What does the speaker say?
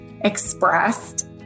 expressed